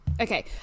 okay